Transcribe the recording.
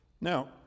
Now